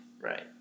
Right